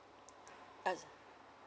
uh